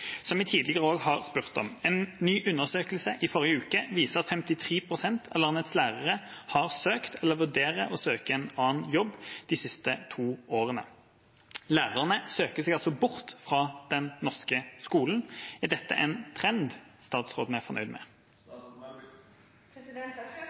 som jeg tidligere også har spurt om. En ny undersøkelse i forrige uke viser at 53 pst. av landets lærere har søkt eller vurderer å søke en annen jobb de siste to årene. Lærerne søker seg altså bort fra den norske skolen. Er dette en trend statsråden er fornøyd med?